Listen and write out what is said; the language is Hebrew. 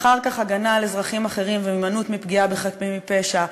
אחר כך הגנה על אזרחים אחרים והימנעות מפגיעה בחפים מפשע,